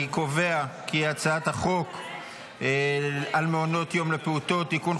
אני קובע כי הצעת חוק הפיקוח על מעונות יום לפעוטות (תיקון,